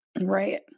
Right